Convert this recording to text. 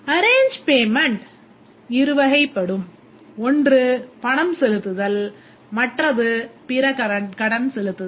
Arrange payment இருவகைப் படும் ஒன்று பணம் செலுத்துதல் மற்ற்றது பிற கடன் செலுத்துதல்